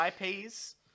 IPs